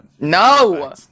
No